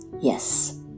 Yes